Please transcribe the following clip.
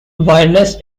wireless